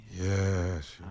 Yes